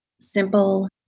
simple